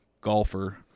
golfer